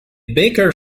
baker